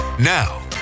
now